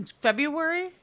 February